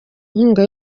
inkunga